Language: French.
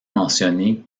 mentionné